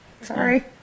Sorry